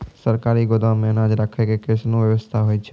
सरकारी गोदाम मे अनाज राखै के कैसनौ वयवस्था होय छै?